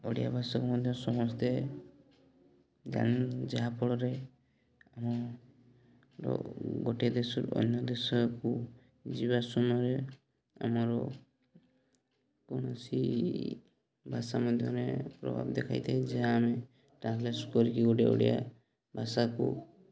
ଓଡ଼ିଆ ଭାଷାକୁ ମଧ୍ୟ ସମସ୍ତେ ଜ୍ଞାନ ଯାହାଫଳରେ ଆମ ଗୋଟିଏ ଦେଶରୁ ଅନ୍ୟ ଦେଶକୁ ଯିବା ସମୟରେ ଆମର କୌଣସି ଭାଷା ମଧ୍ୟରେ ପ୍ରଭାବ ଦେଖାଇଥାଏ ଯାହା ଆମେ ଟ୍ରାନ୍ସଲେଟ୍ କରିକି ଗୋଟେ ଓଡ଼ିଆ ଭାଷାକୁ